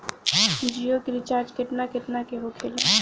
जियो के रिचार्ज केतना केतना के होखे ला?